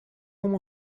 ему